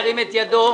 ירים את ידו.